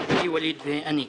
חברי ווליד ואני.